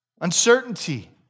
Uncertainty